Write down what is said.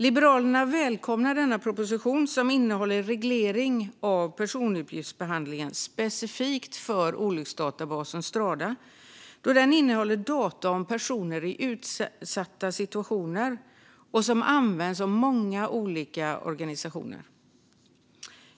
Liberalerna välkomnar denna proposition, som innehåller reglering av personuppgiftsbehandlingen specifikt för olycksdatabasen Strada då den innehåller data om personer i utsatta situationer och används av många olika organisationer.